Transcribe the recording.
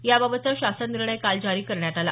याबाबतचा शासन निर्णय काल जारी करण्यात आला